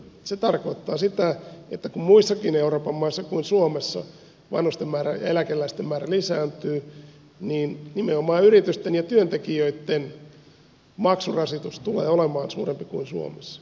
se tarkoittaa sitä että kun muissakin euroopan maissa kuin suomessa vanhusten määrä ja eläkeläisten määrä lisääntyy niin nimenomaan yritysten ja työntekijöitten maksurasitus tulee olemaan suurempi kuin suomessa